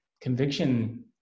Conviction